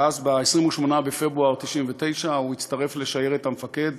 ואז ב-28 בפברואר 1999 הוא הצטרף לשיירת המפקד